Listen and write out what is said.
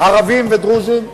ערבים ודרוזים.